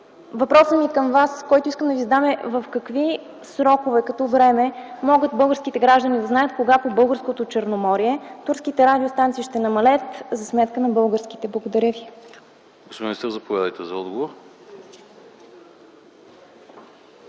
Въпросът, който искам да Ви задам е: в какви срокове – като време, могат българските граждани да знаят кога по българското Черноморие турските радиостанции ще намалеят за сметка на българските? Благодаря ви.